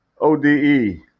ODE